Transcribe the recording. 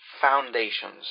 foundations